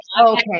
Okay